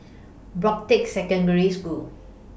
Broadrick Secondary School